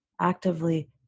actively